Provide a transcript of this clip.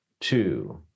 Two